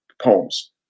poems